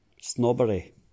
snobbery